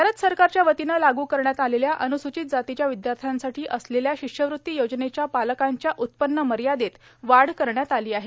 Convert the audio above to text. भारत सरकारच्या वतीने लाग् करण्यात आलेल्या अन्स्चित जातीच्या विद्यार्थ्यांसाठी असलेल्या शिष्यवृती योजनेच्या पालकांच्या उत्पन्न मर्यादेत वाढ करण्यात आली आहे